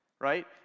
right